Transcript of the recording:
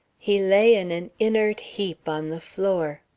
he lay in an inert heap on the floor.